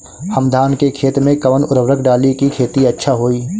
हम धान के खेत में कवन उर्वरक डाली कि खेती अच्छा होई?